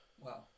Wow